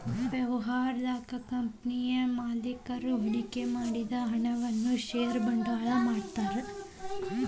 ವ್ಯವಹಾರದಾಗ ಕಂಪನಿಯ ಮಾಲೇಕರು ಹೂಡಿಕೆ ಮಾಡಿದ ಹಣವನ್ನ ಷೇರ ಬಂಡವಾಳ ಅಂತಾರ